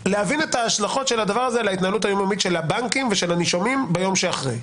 על ההתנהלות היום-יומית של הבנקים ושל הנישומים ביום שאחרי.